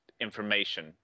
Information